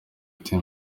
iti